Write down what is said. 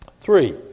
Three